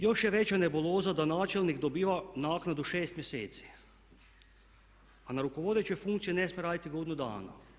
Još je veća nebuloza da načelnik dobiva naknadu 6 mjeseci, a na rukovodećoj funkciji ne smije raditi godinu dana.